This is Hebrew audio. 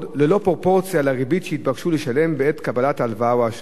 ללא פרופורציה לריבית שהתבקשו לשלם בעת קבלת ההלוואה או האשראי.